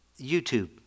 YouTube